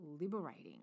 liberating